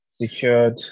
secured